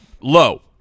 low